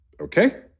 Okay